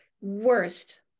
Worst